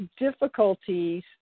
difficulties